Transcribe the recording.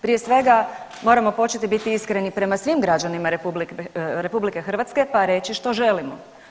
Prije svega moramo početi biti iskreni prema svim građanima RH pa reći što želimo.